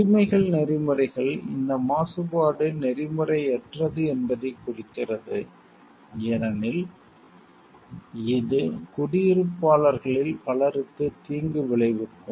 உரிமைகள் நெறிமுறைகள் rights ethics இந்த மாசுபாடு நெறிமுறையற்றது என்பதைக் குறிக்கிறது ஏனெனில் இது குடியிருப்பாளர்களில் பலருக்கு தீங்கு விளைவிக்கும்